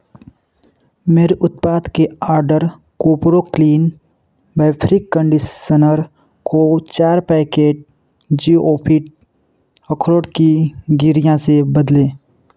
मेरे उत्पाद के आर्डर कोपरो क्लीन फ़ैब्रिक कंडीसनर को चार पैकेट जिओ फिट अखरोट की गिरियाँ से बदलें